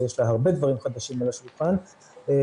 שיש לה הרבה דברים חדשים על השולחן ואני